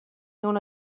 اونو